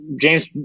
James